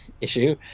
issue